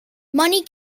money